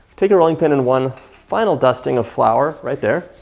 take a rolling pin and one final dusting of flour right there.